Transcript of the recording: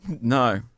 No